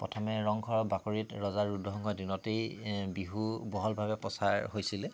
প্ৰথমে ৰংঘৰৰ বাকৰিত ৰজা ৰুদ্ৰ সিংহৰ দিনতেই বিহু বহলভাৱে প্ৰচাৰ হৈছিলে